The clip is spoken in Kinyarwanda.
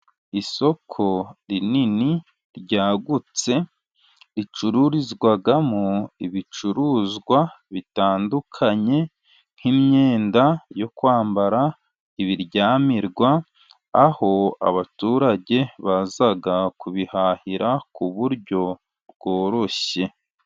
Isoko rinini ryagutse ricururizwagamo ibicuruzwa bitandukanye nk'imyenda yo kwambara, ibiryamirwa, aho abaturage baza kubihahira ku buryo bworoshye.